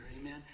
amen